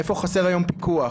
איפה חסר היום פיקוח,